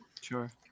Sure